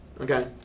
okay